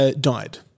died